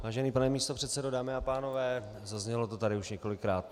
Vážený pane místopředsedo, dámy a pánové, zaznělo to tady už několikrát.